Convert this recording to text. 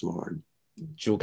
Lord